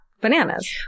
bananas